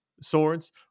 swords